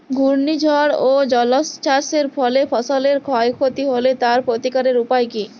ঘূর্ণিঝড় ও জলোচ্ছ্বাস এর ফলে ফসলের ক্ষয় ক্ষতি হলে তার প্রতিকারের উপায় কী?